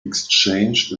exchanged